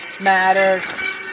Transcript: matters